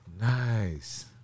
Nice